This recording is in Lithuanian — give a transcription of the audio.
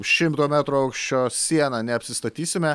šimto metrų aukščio siena neapsistatysime